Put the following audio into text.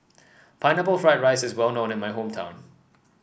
Pineapple Fried Rice is well known in my hometown